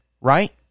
right